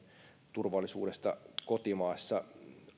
turvallisuudesta kotimaassa